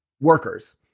workers